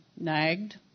nagged